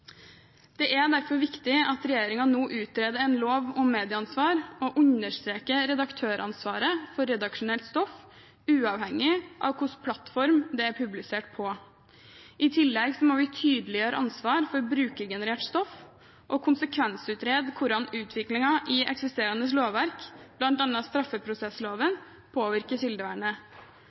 Det er derfor viktig at regjeringen nå utreder en lov om medieansvar og understreker redaktøransvaret for redaksjonelt stoff, uavhengig av hva slags plattform det er publisert på. I tillegg må vi tydeliggjøre ansvaret for brukergenerert stoff og konsekvensutrede hvordan utviklingen i eksisterende lovverk, bl.a. straffeprosessloven, påvirker kildevernet.